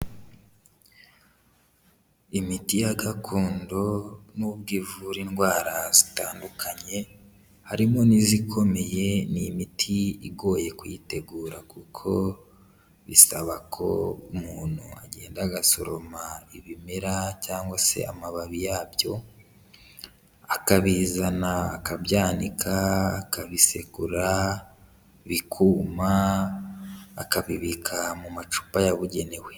Imiti ya gakondo n'ubwo ivura indwara zitandukanye, harimo n'izikomeye ni imiti igoye kuyitegura kuko bisaba ko umuntu agenda agasoroma ibimera cyangwa se amababi yabyo akabizana, akabika, akabisegura, bikuma, akabibika mu macupa yabugenewe.